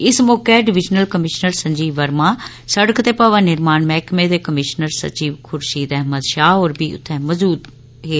इस मौके divisional commissioner Sanjeev Verma शिड़क ते भवन निर्माण मैह्कमें दे कमीशनर सचिव खूर्शीद अहमद शाह होर बी उत्थे मौजूद हे